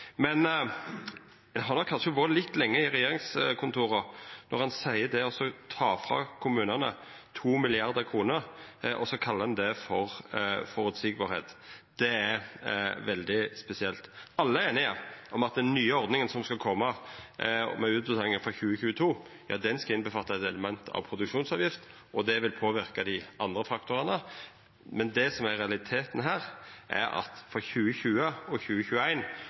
Ein har kanskje vore litt lenge i regjeringskontora når ein tek frå kommunane 2 mrd. kr og kallar det føreseieleg. Det er veldig spesielt. Alle er einige om at den nye ordninga som skal koma med utbetaling frå 2022, skal medrekna eit element av produksjonsavgift og at det vil påverka dei andre faktorane. Det som er realiteten her, er at frå 2020 og